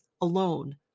alone